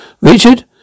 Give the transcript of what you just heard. Richard